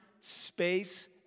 space